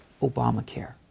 Obamacare